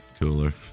cooler